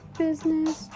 business